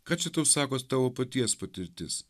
ką čia tau sako tavo paties patirtis